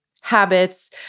habits